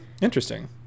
Interesting